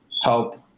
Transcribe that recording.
help